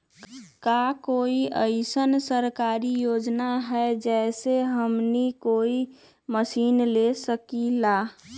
का कोई अइसन सरकारी योजना है जै से हमनी कोई मशीन ले सकीं ला?